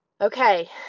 Okay